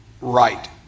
right